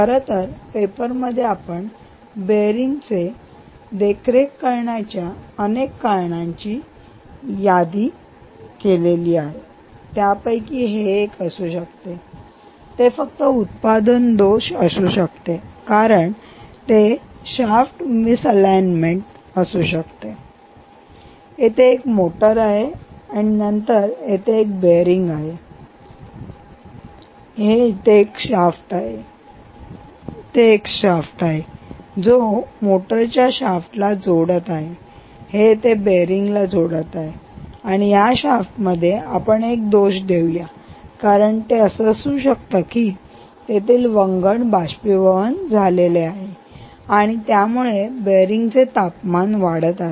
खरं तर पेपरमध्ये आपण या बेअरिंग चे देखरेख करण्याच्या अनेक कारणांची यादी केली आहे त्यापैकी एक असू शकते हे फक्त उत्पादन दोष असू शकते कारण ते शाफ्ट मिस्लिगमेंट असू शकते येथे मोटर आहे आणि नंतर तेथे हे बेअरिंग आहे आणि हे येथे आहे आणि येथे एक शाफ्ट आहे तेथे एक शाफ्ट आहे जो मोटरच्या शाफ्टला जोडत आहे हे येथे बेअरिंगला जोडत आहे आणि या शाफ्टमध्ये आपण एक दोष देऊया कारण ते असू शकते येथील वंगण बाष्पीभवन झाले आहे आणि आणि त्यामुळे बॉल बेअरिंगचे तापमान वाढत आहे